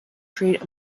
trait